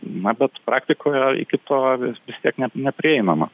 na bet praktikoje iki to vis tiek ne neprieinama